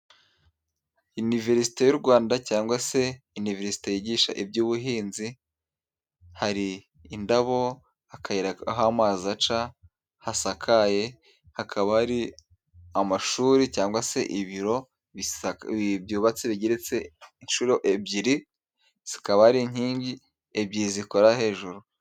Iniverisite y'u Rwanda cyangwa se iniverisite yigisha iby'ubuhinzi. Hari indabo, akayira aho amazi aca hasakaye, hakaba ari amashuri cyangwa se ibiro bisa byubatse bigeretse inshuro ebyiri, zikaba ari inkingi ebyiri zikora hejuru.